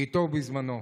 בעיתו ובזמנו.